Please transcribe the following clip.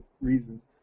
reasons